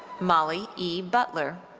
molly e. butler.